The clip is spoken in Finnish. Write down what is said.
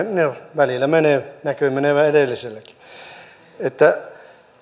välillä menee näkyy menevän edelliselläkin että